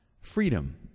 freedom